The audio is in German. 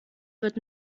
wird